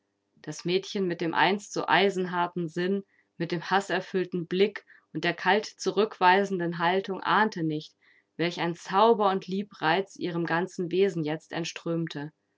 das mädchen mit dem einst so eisenharten sinn mit dem haßerfüllten blick und der kalt zurückweisenden haltung ahnte nicht welch ein zauber und liebreiz ihrem ganzen wesen jetzt entströmte